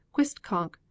Quistconk